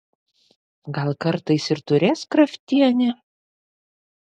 gal kartais ir turės kraftienė